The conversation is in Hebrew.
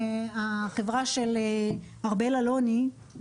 החברה של ארבל אלוני,